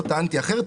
לא טענתי אחרת.